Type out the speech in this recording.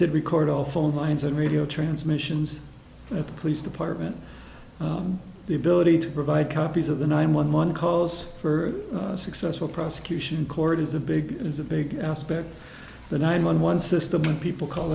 did record all phone lines and radio transmissions at the police department the ability to provide copies of the nine one one calls for a successful prosecution court is a big it is a big aspect the nine one one system when people call